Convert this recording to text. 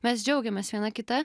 mes džiaugiamės viena kita